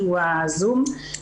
ה"זום",